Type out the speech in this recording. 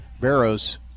Barrows